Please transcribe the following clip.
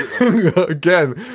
again